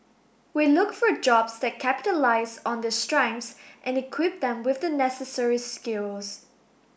we look for jobs that capitalise on their strengths and equip them with the necessary skills